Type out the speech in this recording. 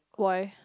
why